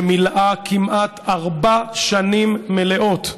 שמילאה כמעט ארבע שנים מלאות,